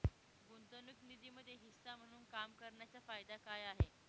गुंतवणूक निधीमध्ये हिस्सा म्हणून काम करण्याच्या फायदा काय आहे?